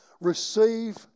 Receive